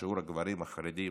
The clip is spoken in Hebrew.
ששיעור הגברים החרדים